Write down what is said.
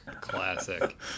Classic